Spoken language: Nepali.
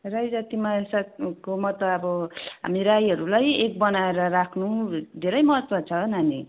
राई जातिमा साकको महत्त्व अब हामी राईहरूलाई एक बनाएर राख्नु धेरै महत्त्व छ नानी